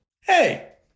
hey